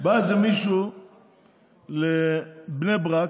בא איזה מישהו לבני ברק,